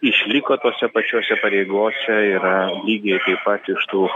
išliko tose pačiose pareigose yra lygiai taip pat iš tų